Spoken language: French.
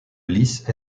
lisse